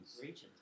Regions